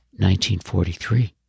1943